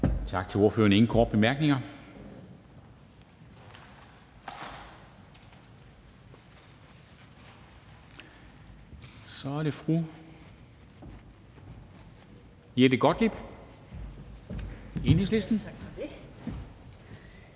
Tak til ordføreren. Der er ingen korte bemærkninger. Så er det fru Jette Gottlieb, Enhedslisten. Kl.